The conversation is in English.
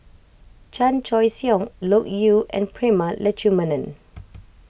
Chan Choy Siong Loke Yew and Prema Letchumanan